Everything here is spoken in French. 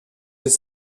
des